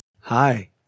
Hi